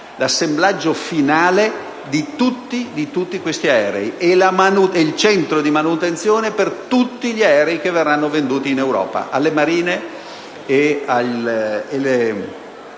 l'assemblaggio finale (il FACO) di tutti questi aerei e il centro di manutenzione per tutti gli aerei che verranno venduti in Europa alle Marine e alle